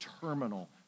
terminal